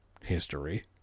history